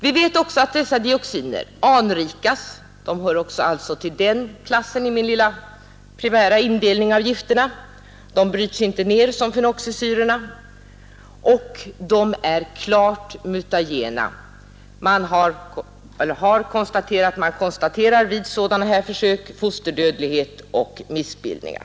Vi vet också att dioxinerna anrikas — de hör alltså även till den klassen i min lilla primära indelning av gifterna. De bryts inte ner som fenoxisyrorna och de är klart mutagena. Man konstaterar vid försök fosterdödlighet och missbildningar.